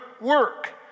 work